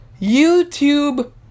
YouTube